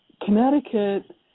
Connecticut